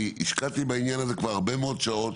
אני השקעתי בעניין הזה כבר הרבה מאוד שעות